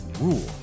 rule